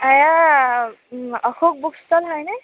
Ashok book stall হয়নে